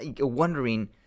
wondering